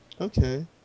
Okay